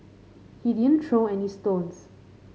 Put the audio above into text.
he didn't throw any stones